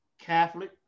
Catholic